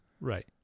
Right